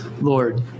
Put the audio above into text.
Lord